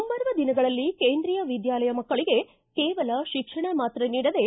ಮುಂಬರುವ ದಿನಗಳಲ್ಲಿ ಕೇಂದ್ರೀಯ ವಿದ್ವಾಲಯ ಮಕ್ಕಳಿಗೆ ಕೇವಲ ಶಿಕ್ಷಣ ಮಾತ್ರ ನೀಡದೇ